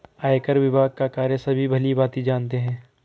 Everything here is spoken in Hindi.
आयकर विभाग का कार्य सभी भली भांति जानते हैं